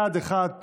בעד, אחד.